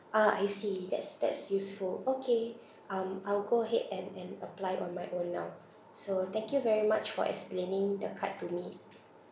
ah I see that's that's useful okay um I'll go ahead and and apply on my own now so thank you very much for explaining the card to me